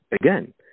Again